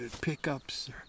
pickups